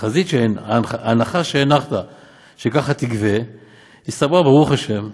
ההנחה שהנחת שככה תגבה, הסתברה, ברוך ה',